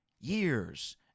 years